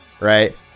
right